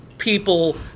People